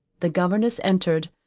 the governess entered.